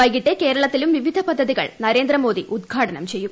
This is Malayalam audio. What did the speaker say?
വൈകിട്ട് കേരളത്തിലും വിവിധ പദ്ധതികൾ നരേന്ദ്ര മോദി ഉദ്ഘാടനം ചെയ്യും